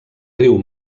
riu